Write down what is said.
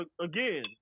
again